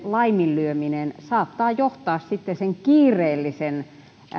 laiminlyöminen saattaa johtaa sitten kiireellisten